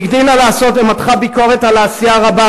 "היא הגדילה לעשות ומתחה ביקורת על העשייה הרבה,